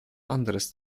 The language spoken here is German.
anderes